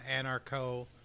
anarcho